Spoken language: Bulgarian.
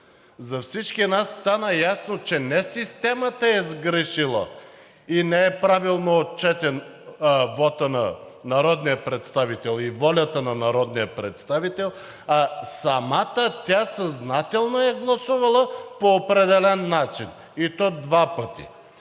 за всички нас стана ясно, че не системата е сгрешила и не е правилно отчетен вотът на народния представител и волята на народния представител, а самата тя съзнателно е гласувала по определен начин, и то два пъти.